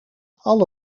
alle